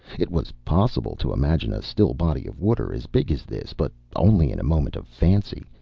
it was possible to imagine a still body of water as big as this, but only in a moment of fancy,